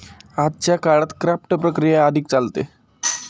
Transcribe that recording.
आजच्या काळात क्राफ्ट प्रक्रिया अधिक चालते